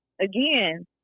again